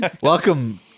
Welcome